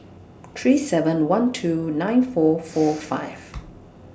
three seven one two nine four four five